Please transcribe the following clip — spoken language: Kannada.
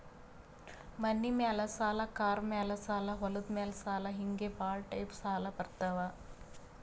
ಮನಿ ಮ್ಯಾಲ ಸಾಲ, ಕಾರ್ ಮ್ಯಾಲ ಸಾಲ, ಹೊಲದ ಮ್ಯಾಲ ಸಾಲ ಹಿಂಗೆ ಭಾಳ ಟೈಪ್ ಸಾಲ ಬರ್ತಾವ್